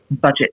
budget